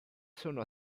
sono